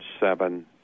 seven